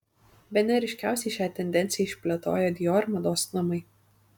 bene ryškiausiai šią tendenciją išplėtojo dior mados namai